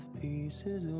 pieces